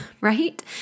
right